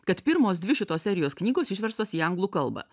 kad pirmos dvi šitos serijos knygos išverstos į anglų kalbą